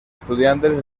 estudiantes